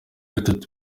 atatu